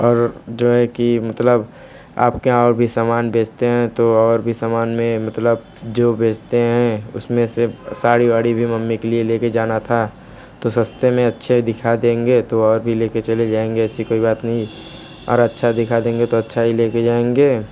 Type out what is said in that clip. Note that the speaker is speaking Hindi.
और जो है कि मतलब आप के यहाँ और भी समान बेचते हैं तो और भी समान में मतलब जो बेचते हैं उसमें से साड़ी वाड़ी भी मम्मी के लिए ले के जाना था तो सस्ते में अच्छे दिखा देंगे तो और भी ले के चले जाएंगे ऐसी कोई बात नहीं और अच्छा दिखा देंगे तो अच्छा ही ले के जाएंगे